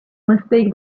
mistake